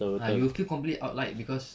ah you'll feel complete outlied cause